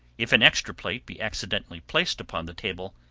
if an extra plate be accidentally placed upon the table,